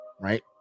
right